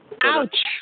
Ouch